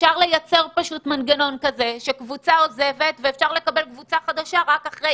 אפשר לייצר מנגנון שקבוצה עוזבת ואפשר לקבל קבוצה חדשה רק אחרי